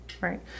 right